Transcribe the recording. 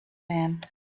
man